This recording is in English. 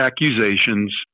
accusations